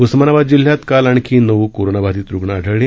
उस्मानाबाद जिल्ह्यात काल आणखी नऊ कोरोनाबाधित रुग्ण आढळले